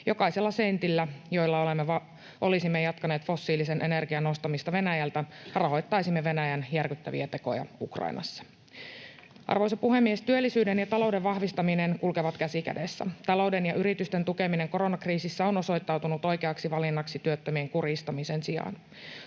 Jokaisella sentillä, jolla olisimme jatkaneet fossiilisen energian ostamista Venäjältä, rahoittaisimme Venäjän järkyttäviä tekoja Ukrainassa. Arvoisa puhemies! Työllisyyden ja talouden vahvistaminen kulkevat käsi kädessä. Talouden ja yritysten tukeminen koronakriisissä on osoittautunut oikeaksi valinnaksi työttömien kurjistamisen sijaan.